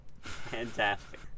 Fantastic